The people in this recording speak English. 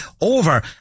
over